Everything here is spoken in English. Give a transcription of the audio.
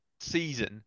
season